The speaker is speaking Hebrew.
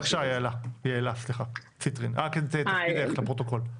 בקשה, יעלה ציטרין, עוזרת משפטית, משרד החוץ.